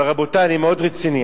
אבל, רבותי, אני מאוד רציני.